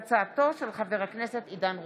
תודה.